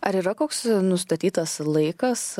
ar yra koks nustatytas laikas